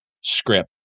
script